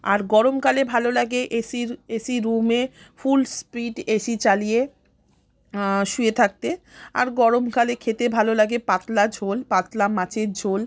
আর গরমকালে ভালো লাগে এসির এসি রুমে ফুল স্পিড এসি চালিয়ে শুয়ে থাকতে আর গরমকালে খেতে ভালো লাগে পাতলা ঝোল পাতলা মাছের ঝোল